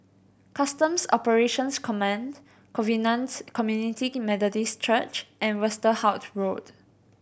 Customs Operations Command Covenants Community Methodist Church and Westerhout Road